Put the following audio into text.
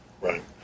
Right